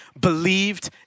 believed